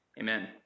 amen